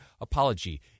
apology